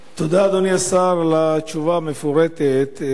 תודה, אדוני השר, על התשובה המפורטת.